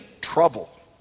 trouble